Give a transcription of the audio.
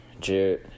Jared